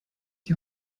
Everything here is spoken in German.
die